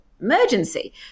emergency